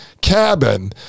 cabin